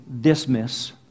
dismiss